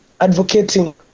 advocating